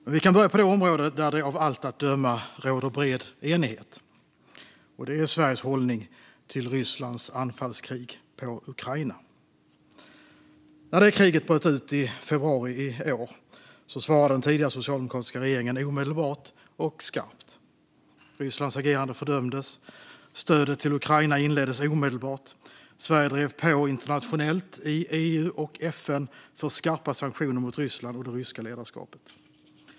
Låt mig dock börja med det område där det av allt att döma råder bred enighet, alltså Sveriges hållning till Rysslands anfallskrig mot Ukraina. När detta krig bröt ut i februari i år svarade den socialdemokratiska regeringen omedelbart och skarpt. Rysslands agerande fördömdes, och stödet till Ukraina inleddes omedelbart. Sverige drev på internationellt i EU och FN för skarpa sanktioner mot Ryssland och det ryska ledarskapet.